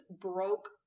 broke